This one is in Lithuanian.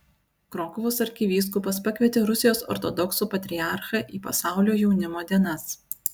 krokuvos arkivyskupas pakvietė rusijos ortodoksų patriarchą į pasaulio jaunimo dienas